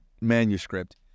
manuscript